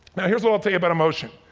now here's what i'll tell ya about emotion.